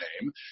name